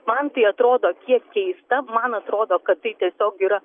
man tai atrodo kiek keista man atrodo kad tai tiesiog yra